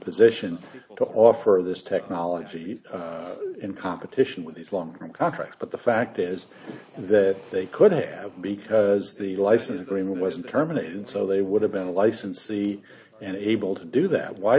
position to offer of this technology in competition with these long term contracts but the fact is that they couldn't because the license agreement wasn't terminated so they would have been a licensee and able to do that why